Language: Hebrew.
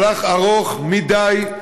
מהלך ארוך מדי,